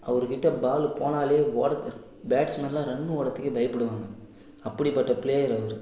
அவர்க் கிட்டே பால் போனாலே ஓடுறது பேட்ஸ் மேனெல்லாம் ரன் ஓடுறதுக்கே பயப்படுவாங்க அப்படிப்பட்ட ப்ளேயர் அவர்